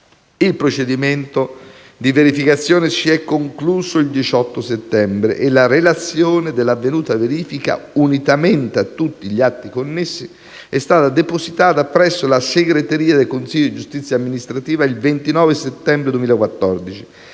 Il procedimento di verificazione si è concluso il 18 settembre e la relazione dell'avvenuta verifica, unitamente a tutti gli atti connessi, è stata depositata presso la segreteria del consiglio di giustizia amministrativa il 29 settembre 2014,